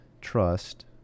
trust